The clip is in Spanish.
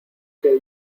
que